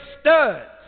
Studs